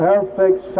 Perfect